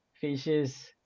fishes